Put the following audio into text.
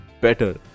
better